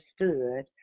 understood